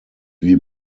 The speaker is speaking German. wie